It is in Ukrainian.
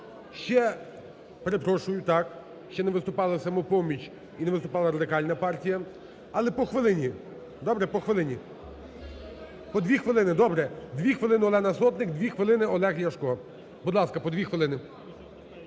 Ще… Перепрошую, так, ще не виступала "Самопоміч" і не виступала Радикальна партія. Але по хвилині, добре, по хвилині. По дві хвилини, добре. Дві хвилини Олена Сотник. Дві хвилини Олег Ляшко. Будь ласка, по дві хвилини.